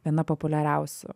viena populiariausių